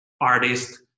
artist